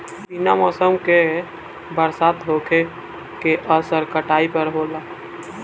बिना मौसम के बरसात होखे के असर काटई पर होला